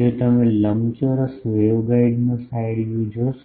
જો તમે લંબચોરસ વેવગાઇડનો સાઇડ વ્યૂ જોશો